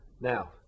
Now